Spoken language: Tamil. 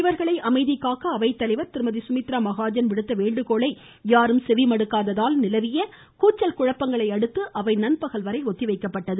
இவர்களை அமைதி காக்க அவைத்தலைவர் திருமதி குமித்ரா மகாஜன் விடுத்த வேண்டுகோளை யாரும் செவிமடுக்காததால் நிலவிய கூச்சல் குழப்பங்களை அடுத்து அவை நண்பகல் வரை ஒத்திவைக்கப்பட்டது